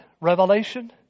revelation